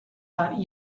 dot